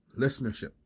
listenership